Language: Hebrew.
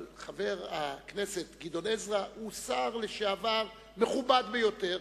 אבל חבר הכנסת גדעון עזרא הוא שר לשעבר מכובד ביותר,